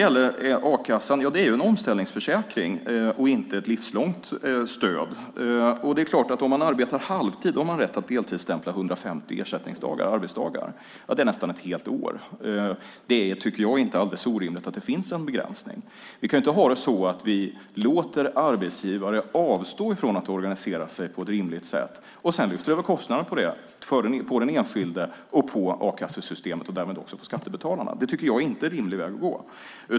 A-kassan är en omställningsförsäkring och inte ett livslångt stöd. Om man arbetar halvtid har man rätt att deltidsstämpla 150 arbetsdagar. Det är nästan ett helt år. Det är inte alldeles orimligt att det finns en begränsning. Vi kan inte ha det så att vi låter arbetsgivare avstå från att organisera sig på ett rimligt sätt och sedan lyfter över kostnaden för det på den enskilde och a-kassesystemet och därmed också på skattebetalarna. Det tycker jag inte är en rimlig väg att gå.